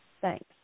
Thanks